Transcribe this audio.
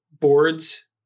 boards